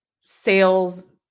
sales